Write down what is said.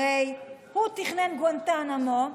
הרי הוא תכנן גואנטנמו,